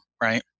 right